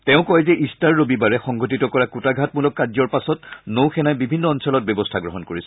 তেওঁ কয় যে ইষ্টাৰ ৰবিবাৰে সংঘটিত কৰা কুটাঘাতমলক কাৰ্যৰ পাছত নৌ সেনাই বিভিন্ন অঞ্চলত ব্যৱস্থা গ্ৰহণ কৰিছিল